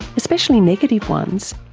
especially negative ones,